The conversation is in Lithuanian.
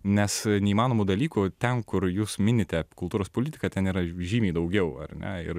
nes neįmanomų dalykų ten kur jūs minite kultūros politiką ten yra žymiai daugiau ar ne ir